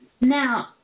Now